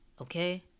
okay